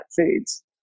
foods